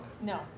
No